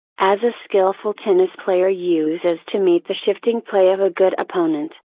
as a skillful tennis player uses to meet the shifting play of a good opponent.